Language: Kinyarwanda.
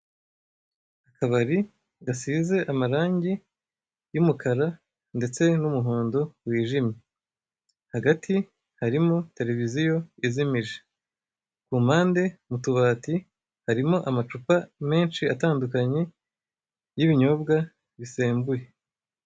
Akabari gasize amarange ya umukara ndetse na umuhondo wijimye. Hagati harimo televiziyo izimije, kumpande mutubati harimo amacupa memshi atandukanye y'ibinyobwa bisembuye.